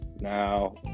Now